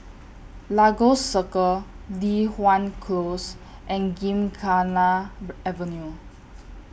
Lagos Circle Li Hwan Close and Gymkhana Avenue